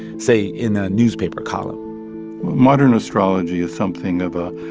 say, in a newspaper column modern astrology is something of a,